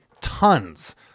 Tons